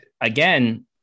Again